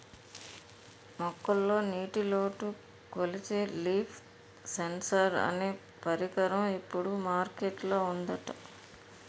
మొక్కల్లో నీటిలోటు కొలిచే లీఫ్ సెన్సార్ అనే పరికరం ఇప్పుడు మార్కెట్ లో ఉందట